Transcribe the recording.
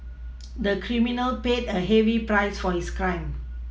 the criminal paid a heavy price for his crime